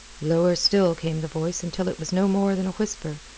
lower still came the voice until it was no more than a whisper.